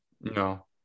No